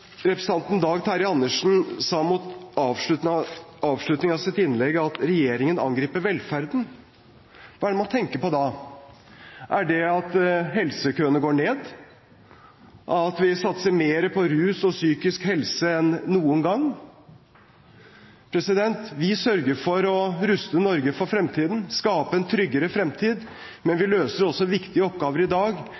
representanten Dag Terje Andersen sa mot slutten av sitt innlegg at regjeringen angriper velferden. Hva tenker man på da? Er det det at helsekøene går ned, at vi satser mer innenfor rus og psykisk helse enn noen gang? Vi sørger for å ruste Norge for fremtiden, skape en tryggere fremtid, men vi